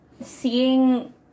seeing